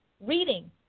reading